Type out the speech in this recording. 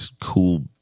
cool